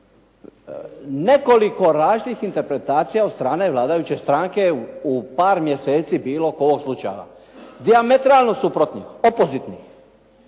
nekoliko različitih interpretacija od strane vladajuće stranke u par mjeseci bilo oko ovog slučaja. Dijametralno suprotnim, opozitnim.